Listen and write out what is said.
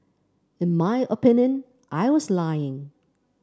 in my opinion I was lying